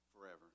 forever